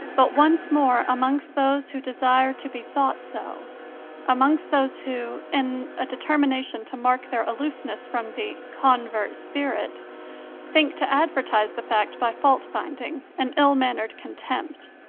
but, once more, amongst those who desire to be thought so amongst those who, in a determination to mark their aloofness from the convert-spirit, think to advertise the fact by fault-finding and ill-mannered contempt.